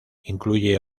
incluye